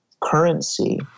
currency